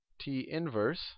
t-inverse